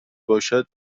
باشد